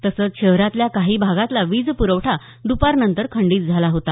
तसंच शहरातल्या काही भागांतला वीजप्रवठा दुपारनंतर खंडित झाला होता